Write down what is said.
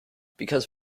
because